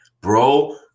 bro